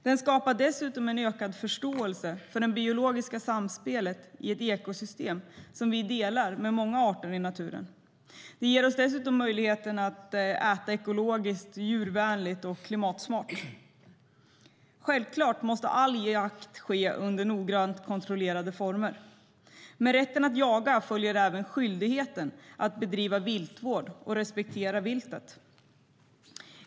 Den skapar dessutom en ökad förståelse för det biologiska samspelet i ett ekosystem som vi delar med andra arter i naturen. Den ger oss också möjligheten att äta ekologiskt, djurvänligt och klimatsmart. Självklart måste all jakt ske under noggrant kontrollerade former. Med rätten att jaga följer även skyldigheten att bedriva viltvård och respektera viltet.